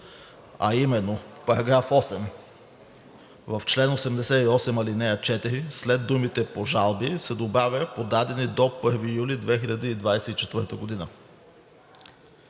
а именно: Параграф 8, в чл. 88, ал. 4 след думите „по жалби“ се добавя „подадени до 1 юли 2024 г.“.